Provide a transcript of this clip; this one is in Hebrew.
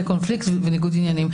וניגוד עניינים.